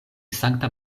sankta